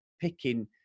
picking